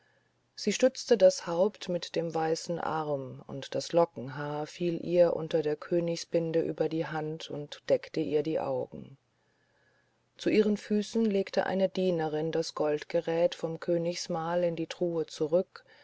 sie stützte das haupt mit dem weißen arm und das lockenhaar fiel ihr unter der königsbinde über die hand und deckte ihr die augen zu ihren füßen legte eine dienerin das goldgerät vom königsmahl in die truhe zurück